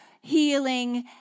healing